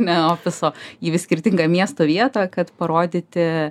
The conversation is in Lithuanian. ne ofiso į vis skirtingą miesto vietą kad parodyti